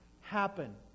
happen